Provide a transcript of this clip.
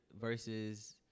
versus